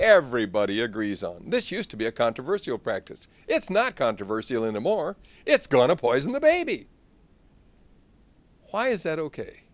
everybody agrees on this used to be a controversial practice it's not controversial in the more it's going to poison the baby why is that ok